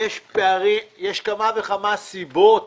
יש כמה וכמה סיבות